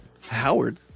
Howard